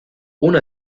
una